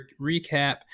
recap